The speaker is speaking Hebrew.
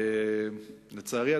לצערי,